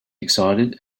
excited